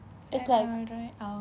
சரி:sari alright